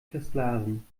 versklaven